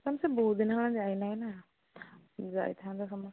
ma'am ସେ ବହୁତ ଦିନ ହେଲାଣି ଯାଇନାହିଁ ନା ଯାଇଥାନ୍ତେ ସମସ୍ତେ